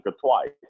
twice